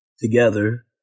together